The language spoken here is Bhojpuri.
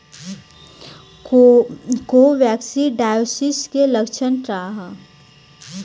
कोक्सीडायोसिस के लक्षण का ह?